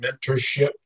mentorship